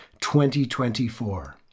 2024